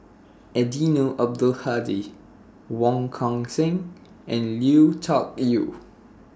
Eddino Abdul Hadi Wong Kan Seng and Lui Tuck Yew